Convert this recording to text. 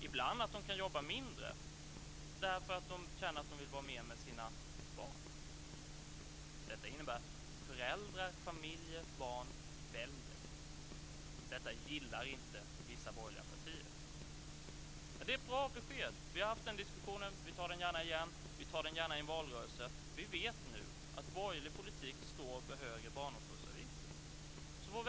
Ibland kan de jobba mindre, därför att de känner att de vill vara mer med sina barn. Detta innebär att föräldrar, familjer och barn väljer. Det gillar inte vissa borgerliga partier. Det är ett bra besked. Vi har haft den diskussionen, vi tar den gärna igen, och vi tar den gärna i en valrörelse. Vi vet nu att borgerlig politik står för högre barnomsorgsavgifter.